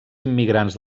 immigrants